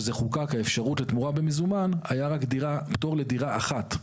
כשחוקקה האפשרות לקבלת תמורה במזומן היה פטור רק בגין דירה אחת.